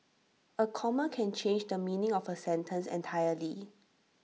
A comma can change the meaning of A sentence entirely